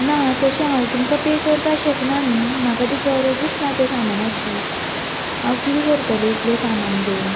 ना तशें हांव तुमकां शकना न्ही म्हाका ती गरजच ना त्या सामानाची हांव कितें करतलें इतलें सामान घेवन